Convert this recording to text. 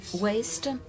waste